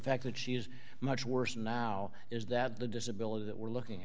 fact that she is much worse now is that the disability that we're looking